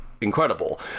incredible